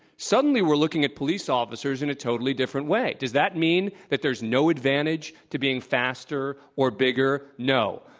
suddenly we're looking at police officers in a totally different way. does that mean that there's no advantage to being faster or bigger? no.